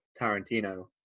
Tarantino